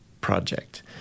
project